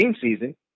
season